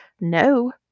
no